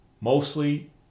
mostly